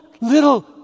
little